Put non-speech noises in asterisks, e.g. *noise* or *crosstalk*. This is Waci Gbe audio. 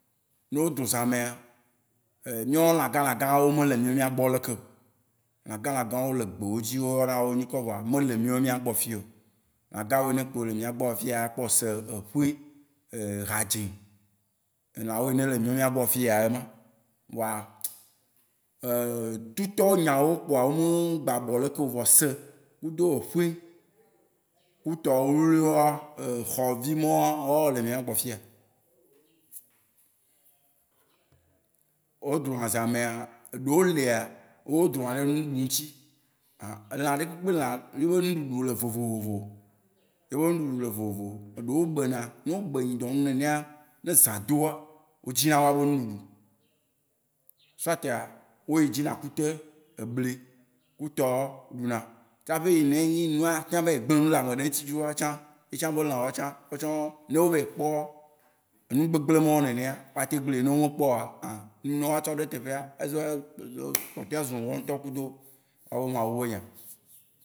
Ne wó dro zã mea, *hesitation* mía wóa lã gã lã gã wó mele míawo mía gbɔ lekeo. Lã gã lã gã wó le gbe wó dzi, wó yɔna wó be nyikɔ vɔa mele míawo mía gbɔ le fiyeo. Lã gã yio ne kpoe le mía gbɔ fiya, akpɔ ese, eƒĩ, *hesitation* hadzĩ. Elã wɔ yi ne le míawo mía gbɔ fiya yema. Vɔa, *hesitation* etu tɔwo nya wó kpoa wó me gba bɔ lekeo vɔ ese kudo eƒĩ kutɔ wluwlui wóa, exɔvi mawóa, wóawó le mia bgɔ fiya. O dro na zã mea, eɖewó lia, wó drona ɖe nuɖuɖu ŋutsi. *hesitation* elã ɖe kpekpe lã, wó be nuɖuɖu le vovovo. Yebe nuɖuɖu le vovovo. Eɖewó bena. Ne wó be ŋudɔ nenea, ne zã doa, wó dzi na wóa be nuɖuɖu. Soit aa wó yi dzi na akute, ebli ku tɔwo ɖuna. Tsaƒe eyi ne nyi nu ava yi gble nu le ame ɖe ŋutsi dzroa tsan, etsã be lã wóatsã-wóatsão- ne wó vayi kpɔ ŋugbegble mawó nenea, woateŋu gble. Ne wó me kpɔ oa, nuyi ne woatsɔ ɖo eteƒea, *unintelligible* kpɔtɔea zu wóa ŋutɔ kudo wóa be Mawu be nya.